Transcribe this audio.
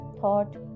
thought